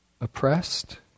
oppressed